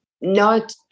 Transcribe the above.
not-